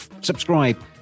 subscribe